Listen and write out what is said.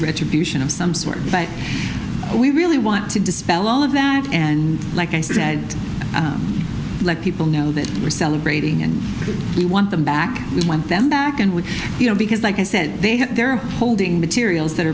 retribution of some sort but we really want to dispel all of that and like i said let people know that we're celebrating and we want them back we went them back in with you know because like i said they had their holding materials that